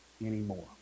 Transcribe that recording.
anymore